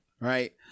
right